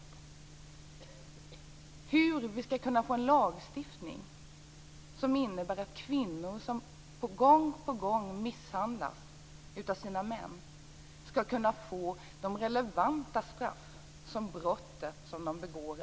Den handlar om hur vi skall kunna få en lagstiftning som innebär att vi i fråga om kvinnor som gång på gång misshandlas av sina män skall kunna få de relevanta straff som dessa brott borde innebära.